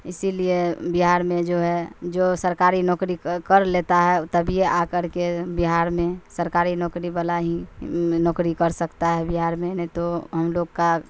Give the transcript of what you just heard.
اسی لیے بہار میں جو ہے جو سرکاری نوکری کر لیتا ہے تبھی آ کر کے بہار میں سرکاری نوکری والا ہی نوکری کر سکتا ہے بہار میں نہیں تو ہم لوگ کا